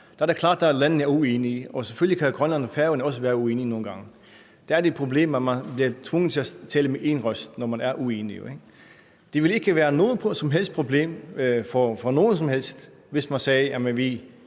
er det klart, at landene er uenige, og Grønland og Færøerne kan selvfølgelig også nogle gange være uenige, og der er det et problem, at man bliver tvunget til at tale med én røst, når man er uenige. Det ville ikke være noget som helst problem for nogen som helst, hvis man sagde, at